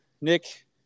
Nick